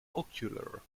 ocular